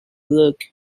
look